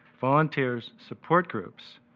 volunteers, support groups,